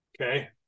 okay